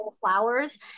flowers